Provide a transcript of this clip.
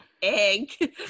Egg